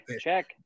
check